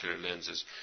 lenses